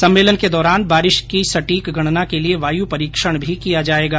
सम्मेलन के दौरान बारिश की सटिक गणना के लिये वायु परीक्षण भी किया जायेगा